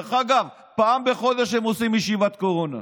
דרך אגב, פעם בחודש הם עושים ישיבת קורונה.